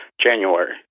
January